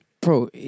Bro